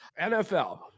NFL